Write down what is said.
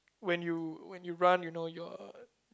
when you when run you know your